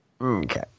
Okay